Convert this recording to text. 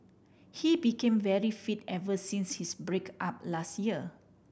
he became very fit ever since his break up last year